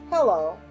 Hello